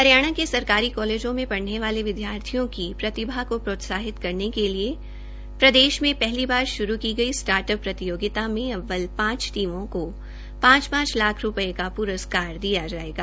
हरियाणा के सरकारी कालेजों में पढ़ने वाले विदयार्थियों की प्रतिभा को प्रोत्साहित करने के लिए प्रदेश में पहली बार शुरू की गई स्टार्ट अप प्रतियोगिता में अव्वल पांच टीमों को पांच पांच लाख रूपपये का प्रस्कार दिया जायेगा